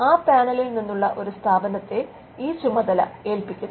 ആ പാനലിൽ നിന്നുള്ള ഒരു സ്ഥാപനത്തെ ഈ ചുമതല ഏല്പിക്കുന്നു